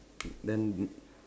then